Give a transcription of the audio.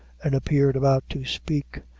and appeared about to speak,